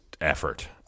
effort